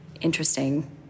interesting